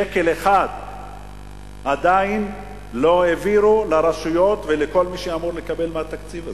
אבל שקל אחד עדיין לא העבירו לרשויות ולכל מי שאמור לקבל מהתקציב הזה.